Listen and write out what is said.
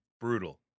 Brutal